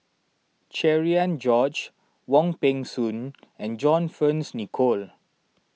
Cherian George Wong Peng Soon and John Fearns Nicoll